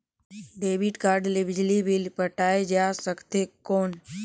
Debit card ले बिजली bill पटाय जा सकथे कौन?